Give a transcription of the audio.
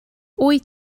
wyt